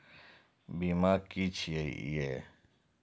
बीमा की छी ये?